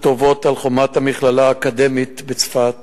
כתובות על חומת המכללה האקדמית בצפת